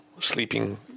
sleeping